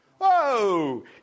Whoa